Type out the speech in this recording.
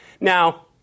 Now